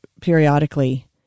periodically